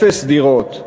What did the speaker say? אפס דירות.